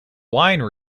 wine